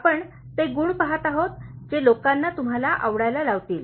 आपण ते गुण पाहत आहोत जे लोकांना तुम्हाला आवडायला लावतील